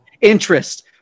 interest